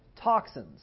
toxins